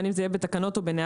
בין אם זה יהיה בתקנות או בנהלים.